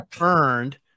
earned